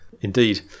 Indeed